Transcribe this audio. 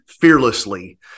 fearlessly